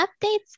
updates